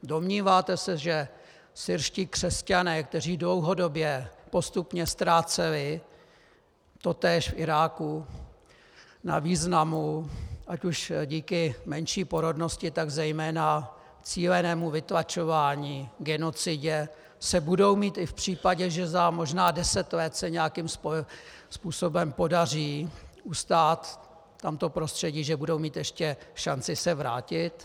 Domníváte se, že syrští křesťané, kteří dlouhodobě postupně ztráceli totéž v Iráku na významu ať už díky menší porodnosti, tak zejména cílenému vytlačování, genocidě, se budou mít i v případě, že se za možná deset let nějakým způsobem podaří ustát tamto prostředí, že budou mít ještě šanci se vrátit?